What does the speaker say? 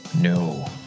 No